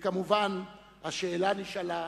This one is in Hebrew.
וכמובן שהשאלה נשאלה.